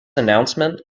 announcement